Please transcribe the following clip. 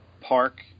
Park